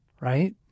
Right